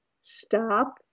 stop